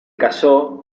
casó